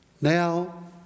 Now